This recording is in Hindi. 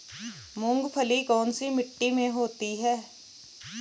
मूंगफली कौन सी मिट्टी में होती है?